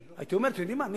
כי זה עניין באמת מהותי,